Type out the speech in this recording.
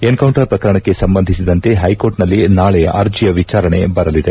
N counter ಪ್ರಕರಣಕ್ಕೆ ಸಂಬಂಧಿಸಿದಂತೆ ಹೈಕೋರ್ಟ್ನಲ್ಲಿ ನಾಳೆ ಅರ್ಜಿಯ ವಿಚಾರಣೆ ಬರಲಿದೆ